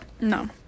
No